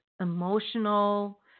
emotional